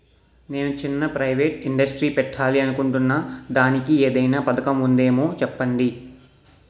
నేను చిన్న private industry పెట్టాలి అనుకుంటున్నా దానికి ఏదైనా పథకం ఉందేమో చెప్పండి?